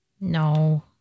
no